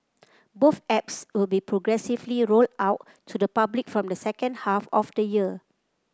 both apps will be progressively rolled out to the public from the second half of the year